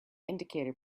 indicator